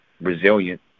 resilient